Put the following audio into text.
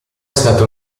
stata